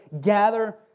gather